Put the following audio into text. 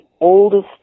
oldest